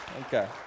Okay